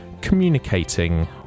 communicating